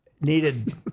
needed